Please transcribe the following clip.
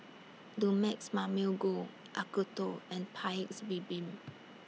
Dumex Mamil Gold Acuto and Paik's Bibim